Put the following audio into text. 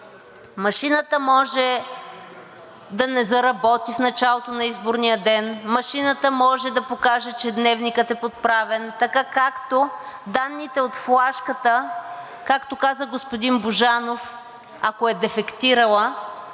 машината може да не заработи в началото на изборния ден, машината може да покаже, че дневникът е подправен, така, както данните от флашката, ако е дефектирала,